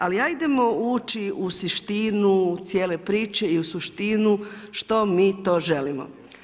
Ali, hajdemo ući u suštinu cijele priče i u suštinu što mi to želimo.